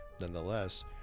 Nonetheless